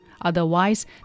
Otherwise